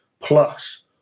Plus